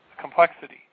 complexity